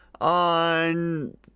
on